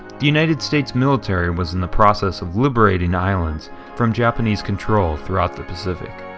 the united states military was in the process of liberating islands from japanese control throughout the pacific.